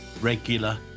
regular